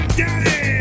daddy